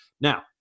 Now